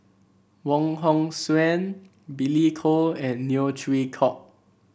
Wong Hong Suen Billy Koh and Neo Chwee Kok